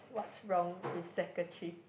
What's Wrong with Secretary